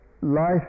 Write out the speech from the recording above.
life